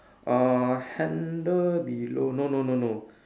uh handle below no no no no